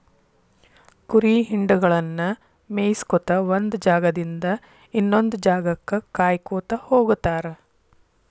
ಕುರಿ ಹಿಂಡಗಳನ್ನ ಮೇಯಿಸ್ಕೊತ ಒಂದ್ ಜಾಗದಿಂದ ಇನ್ನೊಂದ್ ಜಾಗಕ್ಕ ಕಾಯ್ಕೋತ ಹೋಗತಾರ